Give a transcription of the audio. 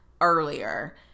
earlier